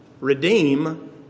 redeem